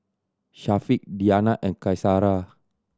Syafiq Diyana and Qaisara